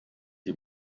die